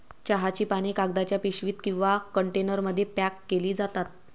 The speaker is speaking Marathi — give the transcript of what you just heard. चहाची पाने कागदाच्या पिशवीत किंवा कंटेनरमध्ये पॅक केली जातात